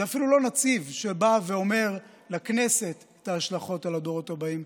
זה אפילו לא נציב שבא ואומר לכנסת את ההשלכות על הדורות הבאים,